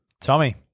Tommy